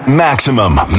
Maximum